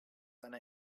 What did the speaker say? einer